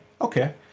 okay